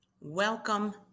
Welcome